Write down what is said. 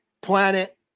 planet